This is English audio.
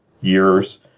years